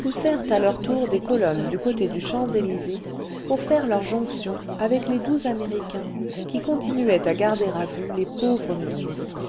poussèrent à leur tour des colonnes du côté des champs-elysées pour faire leur jonction avec les douze américains qui continuaient à garder à vue les pauvres ministres